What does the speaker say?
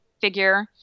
figure